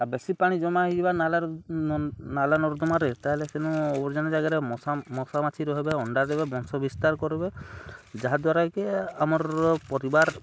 ଆଉ ବେଶୀ ପାଣି ଜମା ହେଇଯିବା ନାଲ ନାଲା ନର୍ଦ୍ଦମାରେ ତାହେଲେ ସେନୁ ଜାଗାରେ ମଶା ମଶା ମାଛି ରହେବେ ଅଣ୍ଡା ଦେବେ ବଂଶ ବିସ୍ତାର୍ କର୍ବେ ଯାହାଦ୍ୱାରା କିି ଆମର୍ ପରିବାର